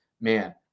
man